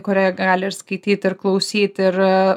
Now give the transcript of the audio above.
kurioje gali ir skaityt ir klausyt ir